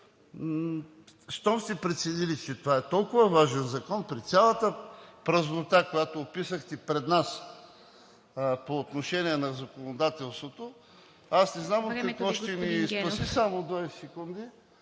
Щом сте преценили, че това е толкова важен закон, при цялата празнота, която описахте пред нас по отношение на законодателството, аз не знам от какво ще ни спаси...